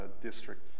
District